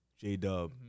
J-Dub